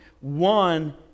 one